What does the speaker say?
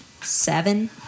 seven